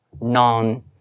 non